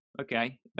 okay